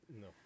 no